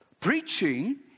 Preaching